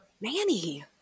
Manny